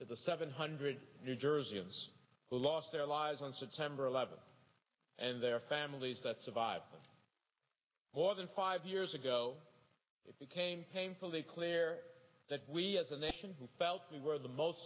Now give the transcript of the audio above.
that the seven hundred new jerseyans who lost their lives on september eleventh and their families that survive more than five years ago it became painfully clear that we as a nation who felt we were the most